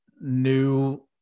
new